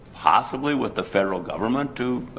possibly, with the federal government to.